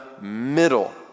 middle